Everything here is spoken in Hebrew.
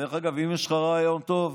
אגב, אם יש לך רעיון טוב,